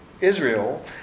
israel